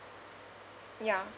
ya